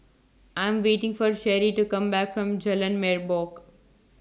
I'm waiting For Cherie to Come Back from Jalan Merbok